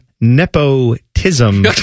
nepotism